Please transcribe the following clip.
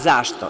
Zašto?